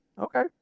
okay